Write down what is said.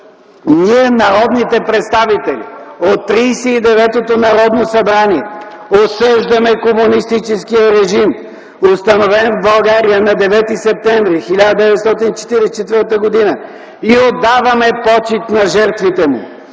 „Ние, народните представители от Тридесет и деветото Народно събрание осъждаме комунистическия режим, установен в България на 9 септември 1944 г. и отдаваме почит на жертвите му.